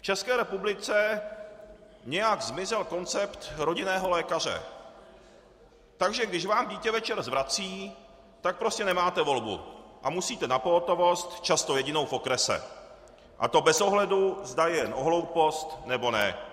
V České republice nějak zmizel koncept rodinného lékaře, takže když vám dítě večer zvrací, prostě nemáte volbu a musíte na pohotovost, často jedinou v okrese, a to bez ohledu, zda jde o hloupost, nebo ne.